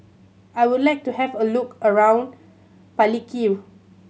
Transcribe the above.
I would like to have a look around Palikir